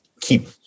keep